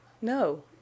No